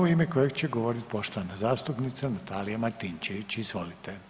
u ime kojeg će govoriti poštovana zastupnica Natalija Martinčević, izvolite.